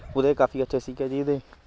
ਉਹਦੇ ਕਾਫੀ ਅੱਛੇ ਸੀਗੇ ਜੀ ਉਹਦੇ